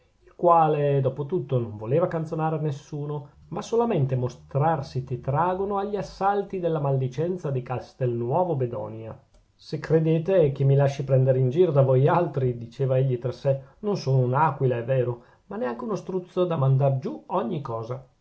quale dopo tutto non voleva canzonare nessuno ma solamente mostrarsi tetragono agli assalti della maldicenza di castelnuovo bedonia se credete che mi lasci prendere in giro da voi altri diceva egli tra sè non sono un'aquila è vero ma neanche uno struzzo da mandar giù ogni cosa